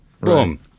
Boom